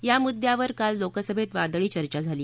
या मुद्द्यावर काल लोकसभेत वादळी चर्चा झाली